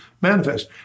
manifest